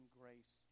grace